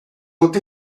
ont